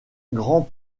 grant